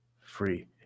free